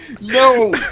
no